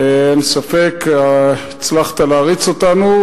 אין ספק שהצלחת להריץ אותנו,